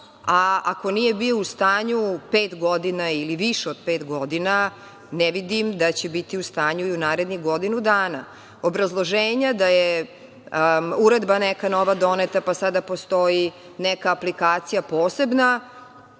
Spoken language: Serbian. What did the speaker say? a ako nije bio u stanju pet godina ili više od pet godina, ne vidim da će biti u stanju u narednih godinu dana. Obrazloženje da je uredba neka nova doneta, pa sada postoji neka aplikacija posebna,